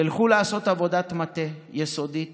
תלכו לעשות עבודת מטה יסודית